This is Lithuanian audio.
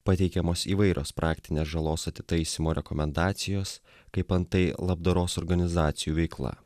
pateikiamos įvairios praktinės žalos atitaisymo rekomendacijos kaip antai labdaros organizacijų veikla